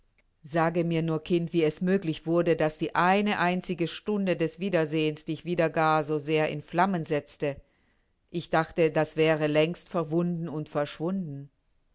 sage mir nur kind wie es möglich wurde daß die eine einzige stunde des wiedersehens dich wieder gar so sehr in flammen setzte ich dachte das wäre längst verwunden und verschwunden